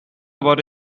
about